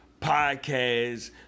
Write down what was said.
Podcast